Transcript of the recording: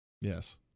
Yes